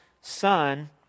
son